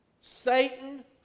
Satan